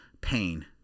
pain